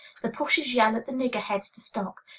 the pushers yell at the niggerheads to stop.